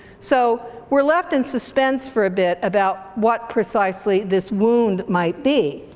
so we're left in suspense for a bit about what precisely this wound might be.